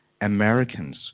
Americans